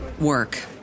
work